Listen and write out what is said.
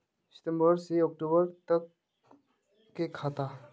सितम्बर से अक्टूबर तक के खाता?